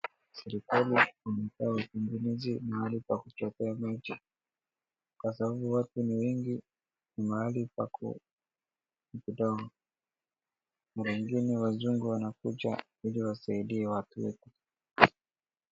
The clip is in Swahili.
Serikali inafaa itengeneze mahali pa kuchotea maji kwa sababu watu ni wengi mahali pa kutoa, mara ingine wazungu wanakuja wakuje wasaidie watu.